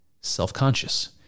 self-conscious